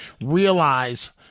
realize